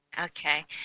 Okay